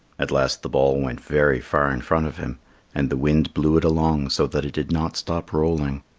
at last the ball went very far in front of him and the wind blew it along so that it did not stop rolling.